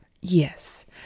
Yes